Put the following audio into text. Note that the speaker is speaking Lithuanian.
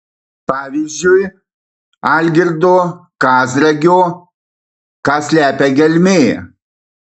pavyzdžiui algirdo kazragio ką slepia gelmė